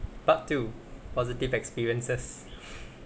part two positive experiences